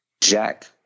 jack